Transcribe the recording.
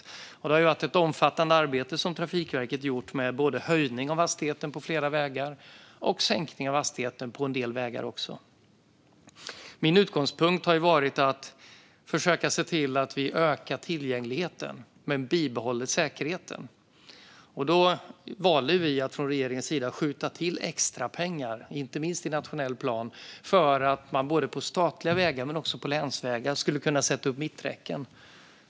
Trafikverket har gjort ett omfattande arbete med både höjning av hastigheten på flera vägar och sänkning av hastigheten på andra. Min utgångspunkt har varit att försöka se till att vi ökar tillgängligheten men bibehåller säkerheten. Vi valde från regeringens sida att skjuta till extrapengar, inte minst i nationell plan, för att man på både statliga vägar och länsvägar skulle kunna sätta upp mitträcken.